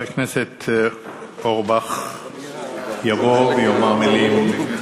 חבר הכנסת אורי אורבך יבוא ויאמר מילים.